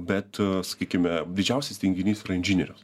bet sakykime didžiausias tinginys yra inžinierius